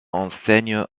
enseigne